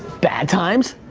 bad times.